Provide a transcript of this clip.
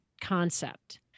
concept